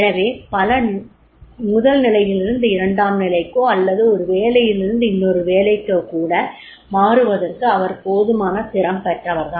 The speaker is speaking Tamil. எனவே முதல் நிலையிலிருந்து இரண்டாம் நிலைக்கோ அல்லது ஒரு வேலையிலிருந்து இன்னொரு வேலைக்கோ கூட மாறுவதற்கு அவர் போதுமான திறம் பெற்றவர்தான்